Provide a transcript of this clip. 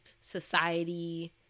society